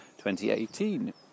2018